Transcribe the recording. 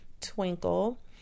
Twinkle